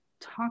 talk